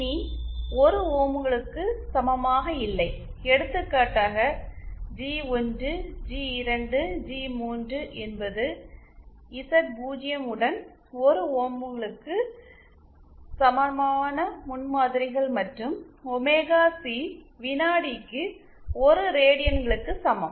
இனி 1 ஓம்களுக்கு சமமாக இல்லை எடுத்துக்காட்டாக ஜி 1 ஜி 2 ஜி 3 என்பது இசட்0 உடன் 1 ஓம்களுக்கு சமமான முன்மாதிரிகள் மற்றும் ஒமேகா சி வினாடிக்கு 1 ரேடியன்களுக்கு சமம்